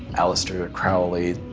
aleister crowley,